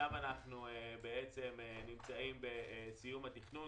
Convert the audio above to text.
שם אנחנו נמצאים בסיום התכנון.